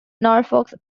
norfolk